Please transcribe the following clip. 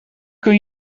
kun